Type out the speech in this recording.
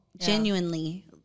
genuinely